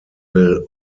will